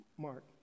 Mark